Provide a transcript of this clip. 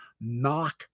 knock